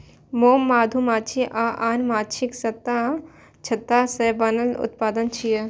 मोम मधुमाछी आ आन माछीक छत्ता सं बनल उत्पाद छियै